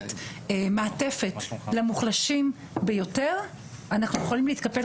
מאפשרת מעטפת למוחלשים ביותר, כולנו יכולים להתקפל